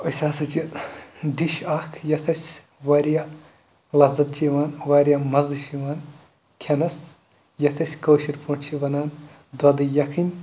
أسۍ ہَسا چھِ ڈِش اَکھ یَتھ أسۍ واریاہ لفظ چھِ یِوان واریاہ مَزٕ چھِ یِوان کھٮ۪نَس یَتھ أسۍ کٲشِرۍ پٲٹھۍ چھِ وَنان دۄدٕ یَکھٕنۍ